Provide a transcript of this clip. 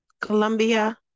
Colombia